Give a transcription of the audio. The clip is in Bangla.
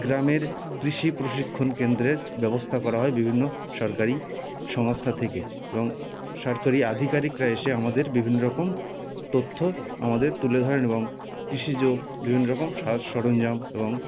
গ্রামের কৃষি প্রশিক্ষণ কেন্দ্রের ব্যবস্থা করা হয় বিভিন্ন সরকারি সংস্থা থেকে এবং সরকারি আধিকারিকরা এসে আমাদের বিভিন্ন রকম তথ্য আমাদের তুলে ধরেন এবং কৃষিজ বিভিন্ন রকম সাজ সরঞ্জাম এবং